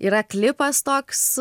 yra klipas toks